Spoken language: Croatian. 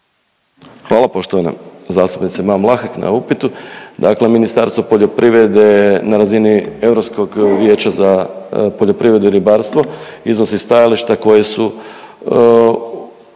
Hvala poštovana zastupnice Ban Vlahek na upitu. Dakle, Ministarstvo poljoprivrede na razini Europskog vijeća za poljoprivredu i ribarstvo iznosi stajališta koja su